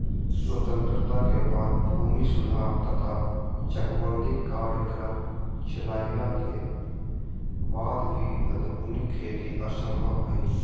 स्वतंत्रता के बाद भूमि सुधार तथा चकबंदी कार्यक्रम चलइला के वाद भी आधुनिक खेती असंभव हई